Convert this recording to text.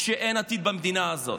כשאין עתיד במדינה הזאת?